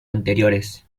anteriores